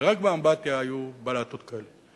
ורק באמבטיה היו בלטות כאלו.